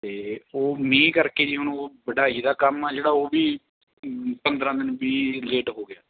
ਅਤੇ ਉਹ ਮੀਂਹ ਕਰਕੇ ਜੀ ਹੁਣ ਉਹ ਵਢਾਈ ਦਾ ਕੰਮ ਆ ਜਿਹੜਾ ਉਹ ਵੀ ਪੰਦਰਾਂ ਦਿਨ ਵੀਹ ਲੇਟ ਹੋ ਗਿਆ